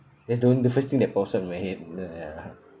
that's the on~ the first thing that pops on my head mm ya